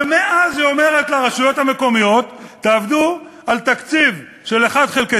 ומאז היא אומרת לרשויות המקומיות: תעבדו על תקציב של 1 חלקי